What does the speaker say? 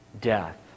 death